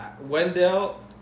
Wendell